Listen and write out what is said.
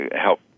help